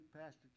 Pastor